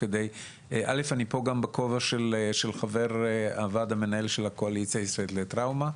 אני פה גם בכובע של חבר הוועד המנהל של הקואליציה הישראלית לטראומה,